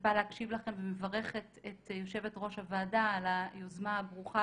מצפה להקשיב לכם ומברכת את יושבת ראש הוועדה על היוזמה הברוכה